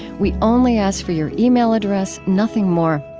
we only ask for your email address, nothing more.